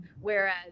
Whereas